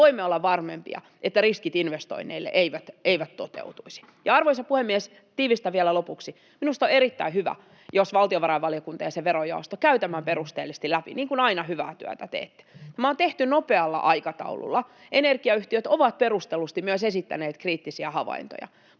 voimme olla varmempia, että riskit investoinneille eivät toteudu. Ja, arvoisa puhemies, tiivistän vielä lopuksi: Minusta on erittäin hyvä, jos valtiovarainvaliokunta ja sen verojaosto käyvät tämän perusteellisesti läpi, niin kuin aina hyvää työtä teette. Tämä on tehty nopealla aikataululla. Energiayhtiöt ovat perustellusti myös esittäneet kriittisiä havaintoja,